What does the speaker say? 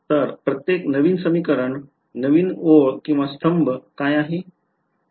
तर प्रत्येक नवीन समीकर ण नवीन ओळ किंवा स्तंभ कायआहे